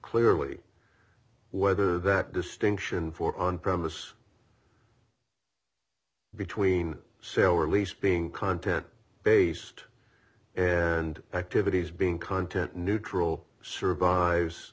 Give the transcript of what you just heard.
clearly whether that distinction for on premises between say our least being content based and activities being content neutral survives